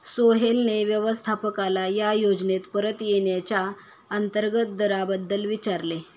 सोहेलने व्यवस्थापकाला या योजनेत परत येण्याच्या अंतर्गत दराबद्दल विचारले